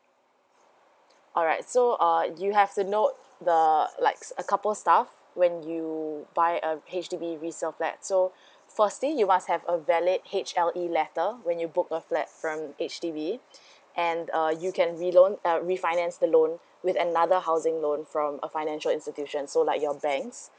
alright so uh you have to note the likes a couple stuff when you buy a H_D_B resale flat so firstly you must have a valid H_L_E letter when you book a flat from H_D_B and uh you can reloan uh refinance the loan with another housing loan from a financial institution so like your banks